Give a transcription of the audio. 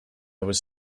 was